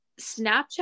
snapchat